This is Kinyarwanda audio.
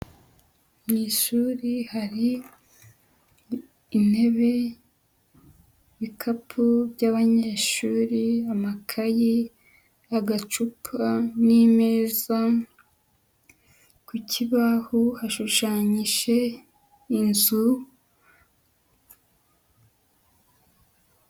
Mu ishuri hari intebe, ibikapu by'abanyeshuri, amakayi, agacupa n'imeza. Ku kibaho hashushanyije inzu.